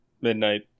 Midnight